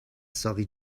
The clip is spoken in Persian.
ساقی